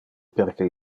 perque